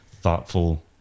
thoughtful